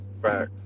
Right